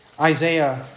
Isaiah